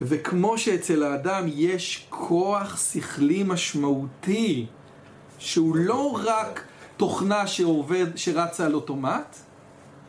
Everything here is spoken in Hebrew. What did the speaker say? וכמו שאצל האדם יש כוח שכלי משמעותי שהוא לא רק תוכנה שעובד, שרצה על אוטומט